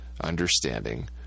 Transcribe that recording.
Understanding